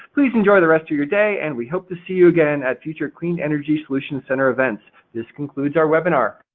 please enjoy the rest of your day and we hope to see you again at future clean energy solution center events. this concludes our webinar.